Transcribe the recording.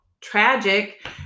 tragic